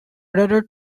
rather